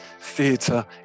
theatre